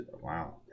Wow